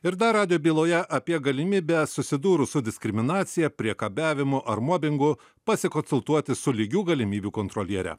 ir dar radijo byloje apie galimybę susidūrus su diskriminacija priekabiavimu ar mobingu pasikonsultuoti su lygių galimybių kontroliere